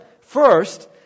First